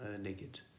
naked